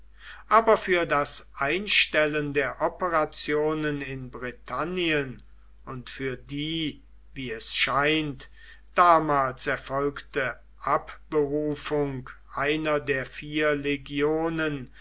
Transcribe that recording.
aber für das einstellen der operationen in britannien und für die wie es scheint damals erfolgte abberufung einer der vier legionen